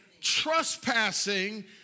trespassing